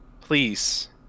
please